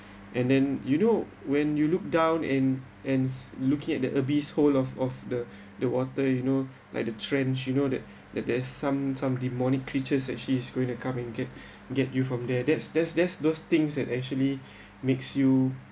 and then you know when you look down and and looking at the abyss hole of of the the water you know like the trends you know that that there's some some demonic creatures actually is going to come and get get you from there that's that's that's those things and actually makes you